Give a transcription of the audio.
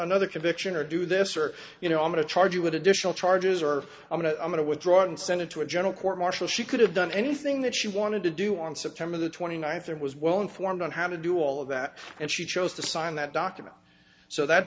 another conviction or do this or you know i'm going to charge you would additional charges or i'm going to i'm going to withdraw and sent into a general court martial she could have done anything that she wanted to do on september the twenty ninth and was well informed on how to do all of that and she chose to sign that document so that